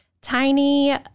tiny